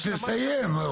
אז תסיים.